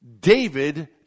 David